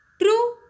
True